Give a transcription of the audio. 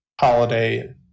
holiday